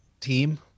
team